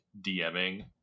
DMing